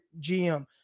GM